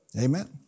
Amen